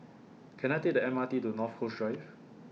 Can I Take The M R T to North Coast Drive